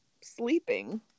sleeping